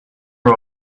are